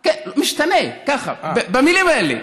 משתנה, ככה, במילים האלה,